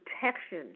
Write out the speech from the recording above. protection